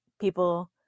people